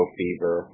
fever